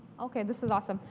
ok, this is awesome.